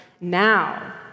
now